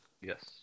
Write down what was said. Yes